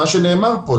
מה שנאמר פה,